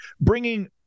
bringing